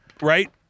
right